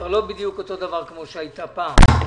היא לא בדיוק אותו דבר כמו שהייתה פעם.